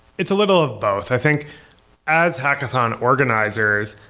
it's a little of both. i think as hackathon organizers,